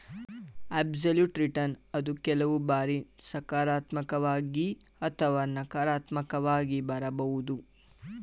absolute return ಅದು ಕೆಲವು ಬಾರಿ ಸಕಾರಾತ್ಮಕವಾಗಿ ಅಥವಾ ನಕಾರಾತ್ಮಕವಾಗಿ ಬರಬಹುದು